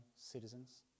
citizens